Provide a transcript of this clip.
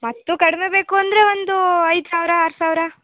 ಮತ್ತೂ ಕಡಿಮೆ ಬೇಕು ಅಂದರೆ ಒಂದು ಐದು ಸಾವಿರ ಆರು ಸಾವಿರ